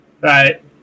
Right